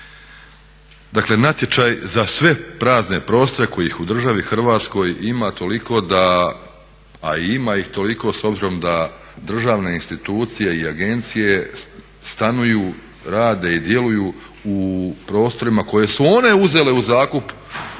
dakle natječaj za sve prazne prostore kojih u državi Hrvatskoj ima toliko da a ima ih toliko s obzirom da državne institucije i agencije stanuju, rade i djeluju u prostorima koje su one uzele u zakup